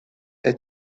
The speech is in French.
est